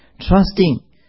Trusting